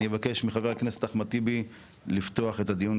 אני אבקש מחבר הכנסת אחמד טיבי לפתוח את הדיון,